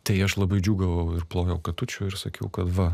tai aš labai džiūgavau ir plojau katučių ir sakiau kad va